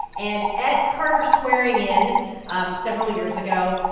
and at carter's swearing in um several years ago,